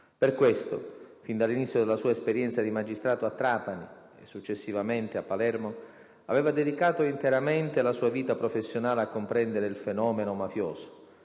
Per questo, fin dall'inizio della sua esperienza di magistrato a Trapani e successivamente a Palermo, aveva dedicato interamente la sua vita professionale a comprendere il fenomeno mafioso,